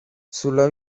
sulla